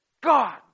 God